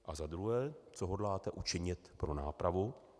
A za druhé, co hodláte učinit pro nápravu?